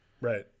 right